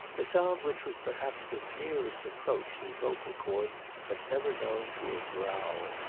a sound which was perhaps the nearest approach his vocal chords had ever known to a growl.